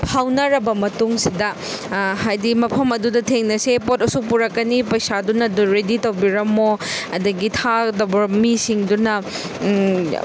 ꯐꯥꯎꯅꯔꯕ ꯃꯇꯨꯡꯁꯤꯗ ꯍꯥꯏꯗꯤ ꯃꯐꯝ ꯑꯗꯨꯗ ꯊꯦꯡꯅꯁꯦ ꯄꯣꯠ ꯑꯁꯨꯛ ꯄꯨꯔꯛꯀꯅꯤ ꯄꯩꯁꯥꯗꯨꯅ ꯑꯗ ꯔꯦꯗꯤ ꯇꯧꯕꯤꯔꯝꯃꯣ ꯑꯗꯒꯤ ꯊꯥꯒꯗꯕ ꯃꯤꯁꯤꯡꯗꯨꯅ